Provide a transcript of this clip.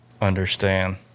understand